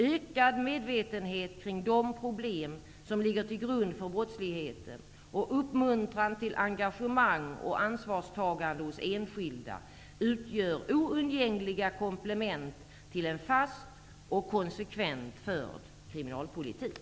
Ökad medvetenhet kring de problem som ligger till grund för brottsligheten och uppmuntran till engagemang och ansvarstagande hos enskilda utgör oundgängliga komplement till en fast och konsekvent genomförd kriminalpolitik.